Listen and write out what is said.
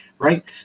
Right